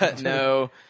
no